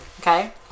Okay